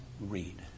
read